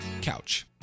Couch